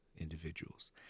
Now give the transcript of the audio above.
individuals